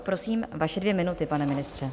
Prosím, vaše dvě minuty, pane ministře.